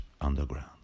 Underground